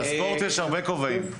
לספורט יש הרבה כובעים.